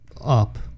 up